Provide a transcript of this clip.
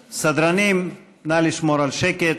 סדרנים, נא לשמור על שקט.